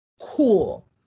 Cool